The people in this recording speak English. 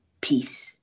Peace